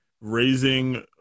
raising